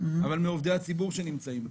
אבל מעובדי הציבור שנמצאים פה.